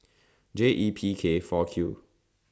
J E P K four Q